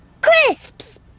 Crisps